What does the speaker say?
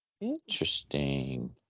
Interesting